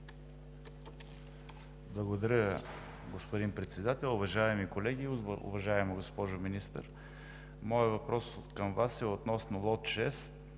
Благодаря, господин Председател. Уважаеми колеги! Уважаема госпожо Министър, моят въпрос към Вас е относно лот 6,